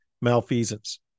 malfeasance